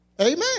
Amen